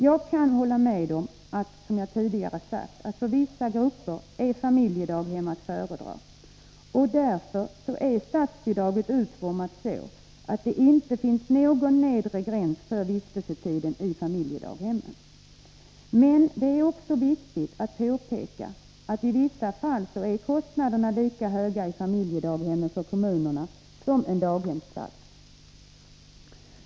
Jag kan hålla med om, som jag tidigare sagt, att för vissa grupper är familjedaghem att föredra, och därför är statsbidraget utformat så att det inte finns någon nedre gräns för vistelsetiden i familjedaghemmen. Men det är också viktigt att påpeka att i vissa fall är kommunernas kostnader lika höga i familjedaghem som för en daghemsplats.